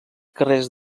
carrers